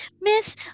miss